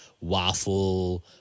waffle